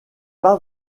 pas